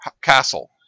castle